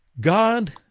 God